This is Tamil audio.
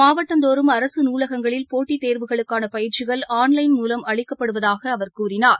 மாவட்டந்தோறும் அரசு நூலகங்களில் போட்டி தேர்வுகளுக்கான பயிற்சிகள் ஆன்லைள் மூலம் அளிக்கப்படுவதாக அவர் கூறினார்